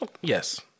Yes